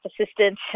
assistant